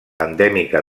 endèmica